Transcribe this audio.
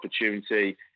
opportunity